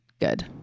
good